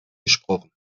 gesprochen